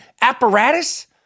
apparatus